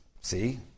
See